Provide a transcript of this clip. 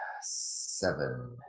seven